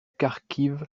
kharkiv